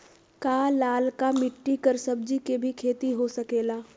का लालका मिट्टी कर सब्जी के भी खेती हो सकेला?